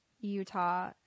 Utah